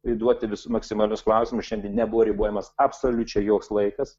priduoti maksimalius klausimus šiandien nebuvo ribojamas absoliučiai joks laikas